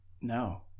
no